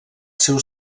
seu